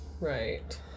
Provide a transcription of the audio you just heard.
Right